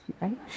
Right